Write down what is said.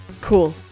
Cool